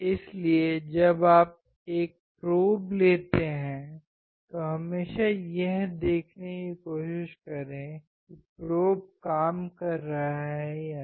इसलिए जब आप एक प्रोब लेते हैं तो हमेशा यह देखने की कोशिश करें कि प्रोब काम कर रहा है या नहीं